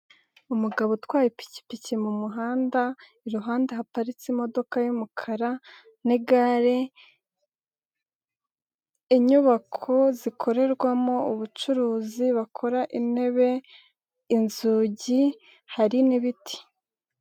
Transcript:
Umugabo utwaye ipikipiki mu muhanda, iruhande haparitse imodoka y'umukara n'igare, inyubako zikorerwamo ubucuruzi bakora intebe inzugi hari n'ibiti.